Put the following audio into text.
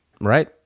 right